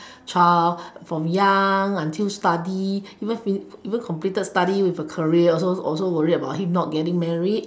child from young until study and even completed study with a career about him not getting married